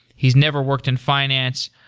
he's never worked in finance.